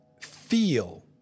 feel